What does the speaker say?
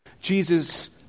Jesus